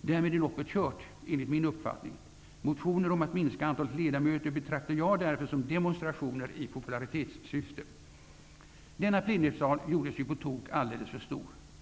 Därmed är loppet kört, enligt min uppfattning. Motioner om att minska antalet ledamöter betraktar jag därför som demonstrationer i popularitetssyfte. Denna plenisal gjordes på tok för stor.